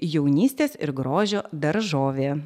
jaunystės ir grožio daržovė